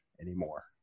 anymore